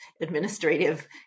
administrative